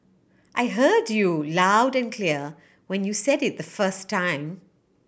I heard you loud and clear when you said it the first time